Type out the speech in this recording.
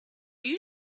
you